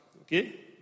Okay